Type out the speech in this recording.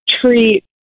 treat